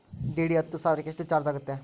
DD ಹತ್ತು ಸಾವಿರಕ್ಕೆ ಎಷ್ಟು ಚಾಜ್೯ ಆಗತ್ತೆ?